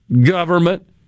Government